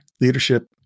leadership